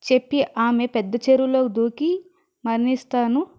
చెప్పి ఆమె పెద్ద చెరువులో దూకి మరణిస్తాను